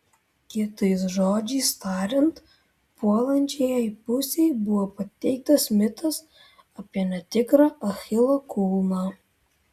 kitais žodžiais tariant puolančiajai pusei buvo pateiktas mitas apie netikrą achilo kulną